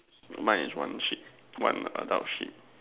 mine is one sheep one adult sheep